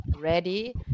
ready